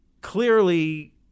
clearly